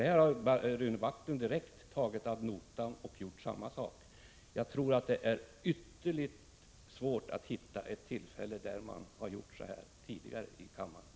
Det här har Rune Backlund tagit direkt ad notam. Jag tror att det är ytterligt svårt att hitta exempel på att man har gjort så här tidigare i kammaren.